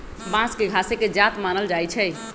बांस के घासे के जात मानल जाइ छइ